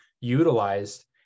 utilized